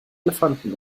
elefanten